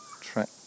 track